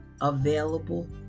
available